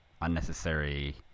unnecessary